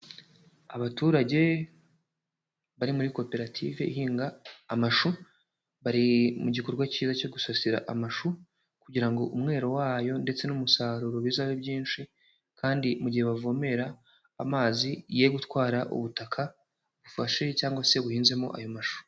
Abaturage bari muri koperative ihinga amashu, bari mu gikorwa cyiza cyo gusasira amashu, kugira ngo umwero wayo ndetse n'umusaruro bizabe byinshi, kandi mu gihe bavomerere, amazi yere gutwara ubutaka bufashe cyangwa se buhinzemo ayo mashu.